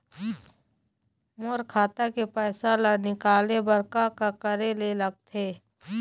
मोर खाता के पैसा ला निकाले बर का का करे ले लगथे?